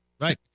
Right